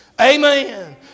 Amen